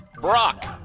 Brock